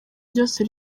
rwose